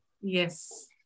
Yes